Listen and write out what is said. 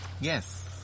Yes